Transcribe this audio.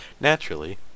Naturally